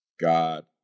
God